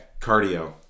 Cardio